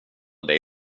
dig